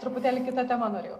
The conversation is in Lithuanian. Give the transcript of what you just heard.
truputėlį kita tema norėjau